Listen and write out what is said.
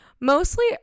mostly